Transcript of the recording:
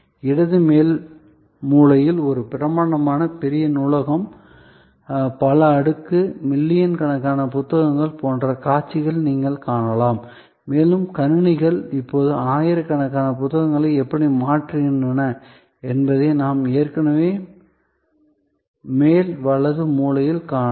இடது மேல் மூலையில் ஒரு பிரம்மாண்டமான பாரம்பரிய நூலகம் பல அடுக்கு மில்லியன் கணக்கான புத்தகங்கள் போன்ற காட்சிகளை நீங்கள் காணலாம் மேலும் கணினிகள் இப்போது ஆயிரக்கணக்கான புத்தகங்களை எப்படி மாற்றுகின்றன என்பதை நாம் ஏற்கனவே மேல் வலது மூலையில் காணலாம்